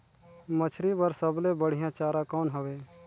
मछरी बर सबले बढ़िया चारा कौन हवय?